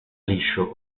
liscio